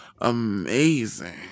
amazing